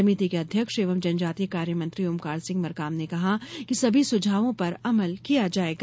समिति के अध्यक्ष एवं जनजातीय कार्य मंत्री ओमकार सिंह मरकाम ने कहा कि सभी सुझावों पर अमल किया जायेगा